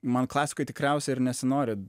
man klasikoj tikriausiai ir nesinori